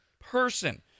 person